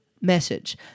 message